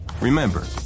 Remember